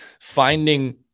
finding